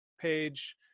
page